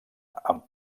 amb